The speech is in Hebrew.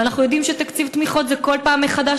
ואנחנו יודעים שתקציב תמיכות זה בכל פעם מחדש,